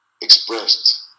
expressed